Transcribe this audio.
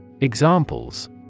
Examples